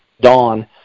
dawn